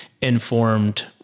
informed